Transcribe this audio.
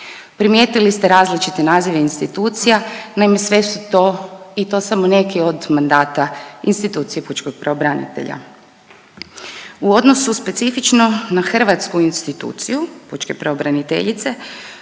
Primijetili ste različite nazive institucija. Naime, sve su to i to samo neki od mandata institucije pučkog pravobranitelja. U odnosu specifično na hrvatsku instituciju pučke pravobraniteljice